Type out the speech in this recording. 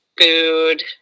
food